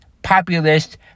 populist